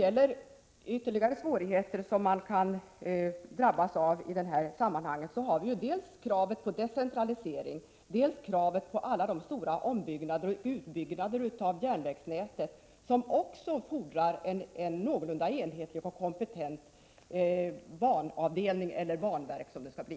Ytterligare svårigheter som man kan drabbas av i sammanhanget är dels kravet på decentralisering, dels kravet på alla de stora ombyggnader och utbyggnader av järnvägsnätet som också fordrar en någorlunda enhetlig och kompetent banavdelning, eller banverk som det skall bli.